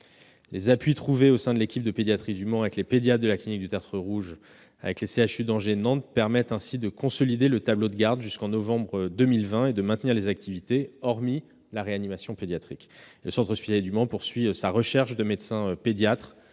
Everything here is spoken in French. Les appuis trouvés au sein de l'équipe de pédiatrie du Mans, avec les pédiatres de la clinique du Tertre Rouge, avec les CHU d'Angers et de Nantes permettent de consolider le tableau de gardes jusqu'en novembre 2020 et de maintenir les activités, hormis la réanimation pédiatrique. Le centre hospitalier du Mans poursuit sa recherche de médecins pédiatres